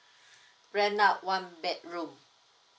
rent out one bedroom